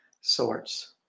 sorts